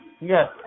Yes